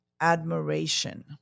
admiration